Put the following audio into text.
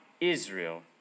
Israel